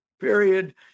period